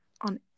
on